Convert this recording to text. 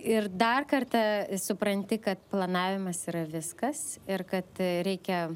ir dar kartą supranti kad planavimas yra viskas ir kad reikia